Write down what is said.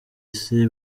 isi